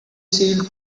sealed